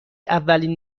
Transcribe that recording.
اولین